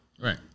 right